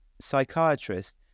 psychiatrist